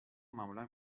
معمولا